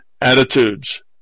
attitudes